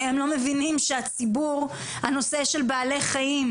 הם לא מבינים שהציבור הנושא של בעלי חיים,